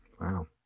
Wow